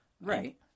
Right